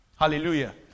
Hallelujah